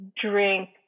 drink